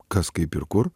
kas kaip ir kur